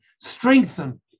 strengthen